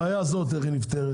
הבעיה הזאת איך היא נפתרת?